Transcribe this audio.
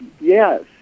Yes